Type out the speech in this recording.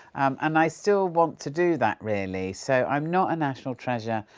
and i still want to do that, really. so, i'm not a national treasure,